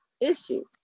issue